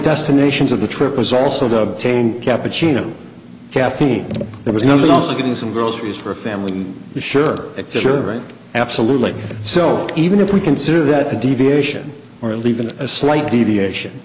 destinations of the trip was also the obtained cappuccino caffeine there was no longer getting some groceries for a family and sure sure right absolutely so even if we consider that a deviation or leaving a slight deviation